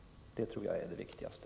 Detta tror jag är det viktigaste.